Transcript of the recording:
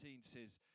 says